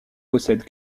possède